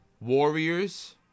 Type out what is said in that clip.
Warriors